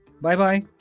Bye-bye